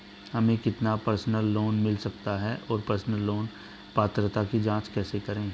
हमें कितना personal loan मिल सकता है और पर्सनल लोन पात्रता की जांच कैसे करें?